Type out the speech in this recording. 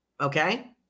Okay